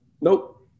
Nope